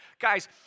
Guys